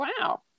Wow